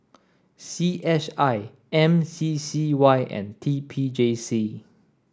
C S I M C C Y and T P J C